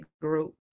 group